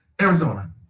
Arizona